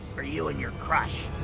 for you and your crush.